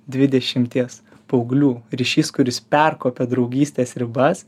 dvidešimties paauglių ryšys kuris perkopia draugystės ribas